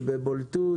באופן בולט,